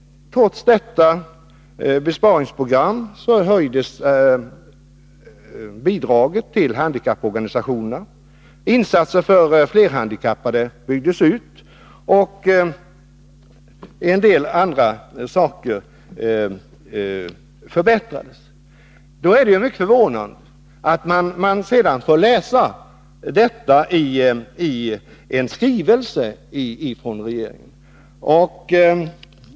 Trots besparingsprogrammet höjdes bidragen till handikapporganisationerna, insatserna för flerhandikappade byggdes ut, och en del andra saker förbättrades. Då är det ju mycket förvånande vad man sedan får läsa i en skrivelse från regeringen.